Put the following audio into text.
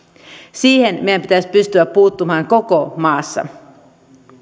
siihen meidän pitäisi pystyä puuttumaan koko maassa